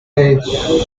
hates